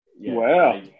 Wow